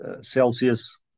Celsius